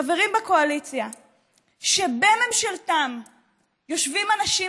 חברים בקואליציה שבממשלתם יושבים אנשים